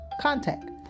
contact